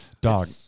dog